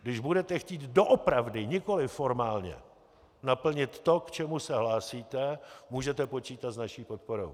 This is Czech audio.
Když budete chtít doopravdy, nikoliv formálně naplnit to, k čemu se hlásíte, můžete počítat s naší podporou.